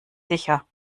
sicher